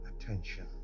attention